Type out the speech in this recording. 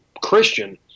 Christian